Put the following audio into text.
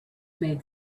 made